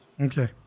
Okay